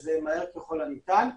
שזה יהיה מהר ככל הניתן.